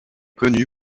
connu